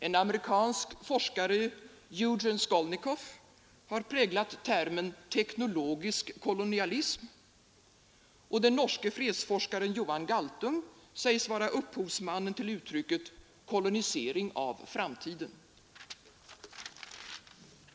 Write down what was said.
En amerikansk forskare, Eugene Skolnikoff, har präglat termen ”teknologisk kolonialism”, och den norske fredsforskaren Johan Galtung sägs vara upphovsmannen till uttrycket ”kolonisering av framtiden”.